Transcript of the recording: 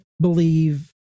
believe